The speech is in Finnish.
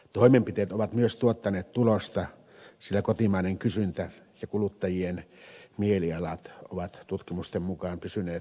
toimenpiteet ovat myös tuottaneet tulosta sillä kotimainen kysyntä ja kuluttajien mielialat ovat tutkimusten mukaan pysyneet positiivisissa lukemissa